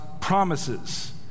promises